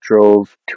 drove